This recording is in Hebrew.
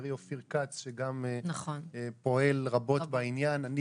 חברי אופיר כץ שגם פועל רבות בעניין.